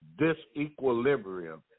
disequilibrium